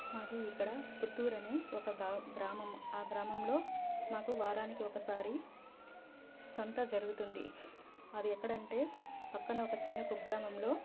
మాది ఇక్కడ పుత్తూరు అనే ఒక గ్రా గ్రామం మా గ్రామంలో మాకు వారానికి ఒకసారి సంత జరుగుతుంది అది ఎక్కడంటే పక్కనే ఒక చిన్న కుగ్రామంలో